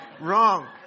wrong